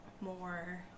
more